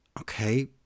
Okay